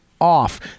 off